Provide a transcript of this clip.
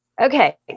Okay